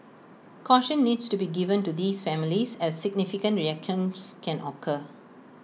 caution needs to be given to these families as significant reactions can occur